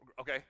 Okay